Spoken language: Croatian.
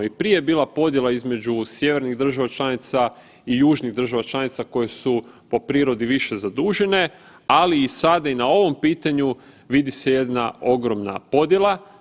I prije je bila podjela između sjevernih država članica i južnih država članica koje su po prirodi više zadužene, ali i sada i na ovom pitanju vidi se jedna ogromna podjela.